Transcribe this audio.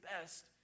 best